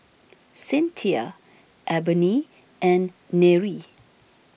Cynthia Ebony and Nery